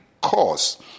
cause